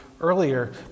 earlier